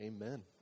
amen